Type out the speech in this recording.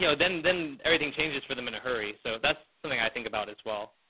you know then, then everything changes for them in a hurry. so that's something i think about as well.